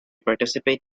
participate